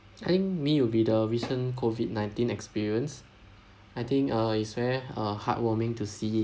I think me would be the recent COVID nineteen experience I think uh is very uh heartwarming to see